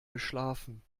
geschlafen